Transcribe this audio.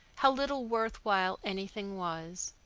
how little worth while anything was.